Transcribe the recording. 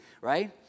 right